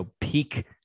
peak